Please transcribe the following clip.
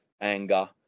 anger